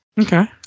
okay